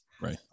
Right